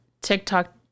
TikTok